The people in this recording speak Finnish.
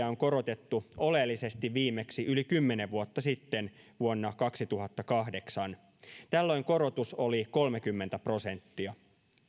on korotettu oleellisesti viimeksi yli kymmenen vuotta sitten vuonna kaksituhattakahdeksan tällöin korotus oli kolmekymmentä prosenttia